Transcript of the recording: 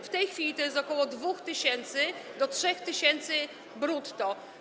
W tej chwili to jest ok. 2 tys. do 3 tys. brutto.